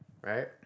Right